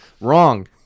Wrong